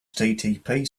http